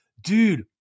dude